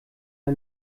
der